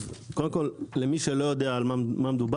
קודם כל למי שלא יודע על מה מדובר,